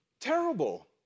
terrible